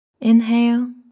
inhale